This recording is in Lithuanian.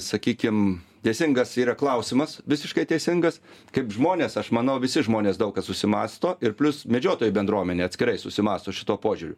sakykim teisingas yra klausimas visiškai teisingas kaip žmonės aš manau visi žmonės daug kas susimąsto ir plius medžiotojų bendruomenė atskirai susimąsto šituo požiūriu